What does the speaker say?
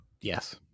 Yes